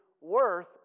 worth